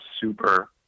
super